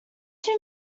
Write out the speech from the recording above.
too